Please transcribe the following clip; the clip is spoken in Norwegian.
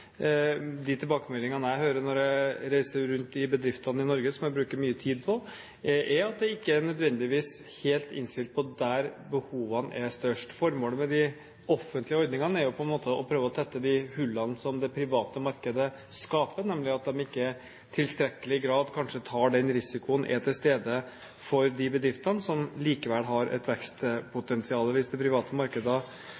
De tilbakemeldingene jeg får når jeg reiser rundt til bedriftene i Norge – noe jeg bruker mye tid på – er at det ikke nødvendigvis er helt innstilt mot der behovene er størst. Formålet med de offentlige ordningene er på en måte å prøve å tette de hullene som det private markedet skaper, nemlig at de kanskje ikke i tilstrekkelig grad tar risikoen og er til stede for de bedriftene som likevel har et